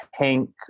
pink